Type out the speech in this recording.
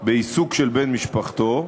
בעיסוק של בן משפחתו,